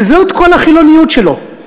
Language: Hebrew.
זאת כל החילוניות שלו.